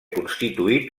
constituït